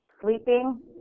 sleeping